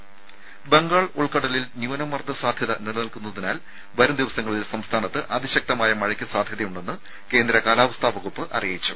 രുമ ബംഗാൾ ഉൾക്കടലിൽ ന്യൂനമർദ്ദ സാധ്യത നിലനിൽക്കുന്നതിനാൽ വരും ദിവസങ്ങളിൽ സംസ്ഥാനത്ത് അതിശക്തമായ മഴയ്ക്ക് സാധ്യതയുണ്ടെന്ന് കേന്ദ്ര കാലാവസ്ഥാ വകുപ്പ് അറിയിച്ചു